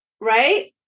right